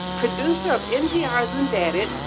producer of npr's embedded,